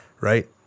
right